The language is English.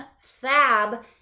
fab